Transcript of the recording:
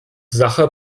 sacher